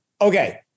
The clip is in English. Okay